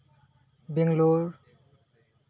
Bangalore